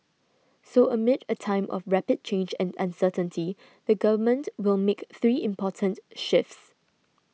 so amid a time of rapid change and uncertainty the Government will make three important shifts